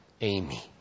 Amy